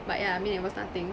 but yeah I mean it was nothing